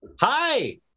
Hi